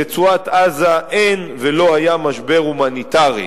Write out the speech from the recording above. ברצועת-עזה אין ולא היה משבר הומניטרי.